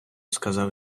сказав